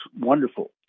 wonderful